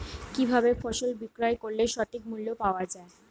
কি ভাবে ফসল বিক্রয় করলে সঠিক মূল্য পাওয়া য়ায়?